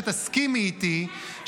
שתסכימי איתי,